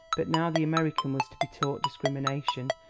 but now the american was to be taught discrimination,